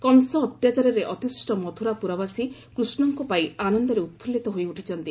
କଂସ ଅତ୍ୟାଚାରରେ ଅତିଷ ମଥୁରାପୁରବାସୀ କୃଷ୍ଷଙ୍କୁ ପାଇ ଆନନ୍ଦରେ ଉତ୍ଫୁଲ୍ଲିତ ହୋଇ ଉଠିଛନ୍ତି